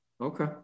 Okay